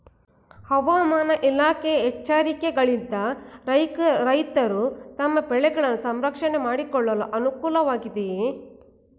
ಹವಾಮಾನ ಇಲಾಖೆಯ ಎಚ್ಚರಿಕೆಗಳಿಂದ ರೈತರು ತಮ್ಮ ಬೆಳೆಗಳನ್ನು ಸಂರಕ್ಷಣೆ ಮಾಡಿಕೊಳ್ಳಲು ಅನುಕೂಲ ವಾಗಿದೆಯೇ?